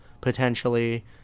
potentially